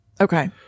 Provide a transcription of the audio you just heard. Okay